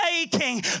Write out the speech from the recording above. aching